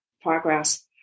progress